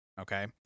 okay